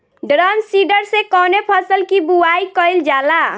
Drum seeder से कवने फसल कि बुआई कयील जाला?